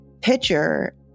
picture